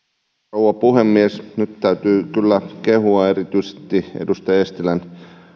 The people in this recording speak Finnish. rouva puhemies nyt täytyy kyllä kehua erityisesti edustaja eestilän